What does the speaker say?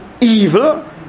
evil